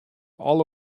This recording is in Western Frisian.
alle